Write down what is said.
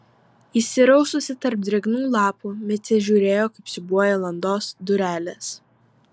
įsiraususi tarp drėgnų lapų micė žiūrėjo kaip siūbuoja landos durelės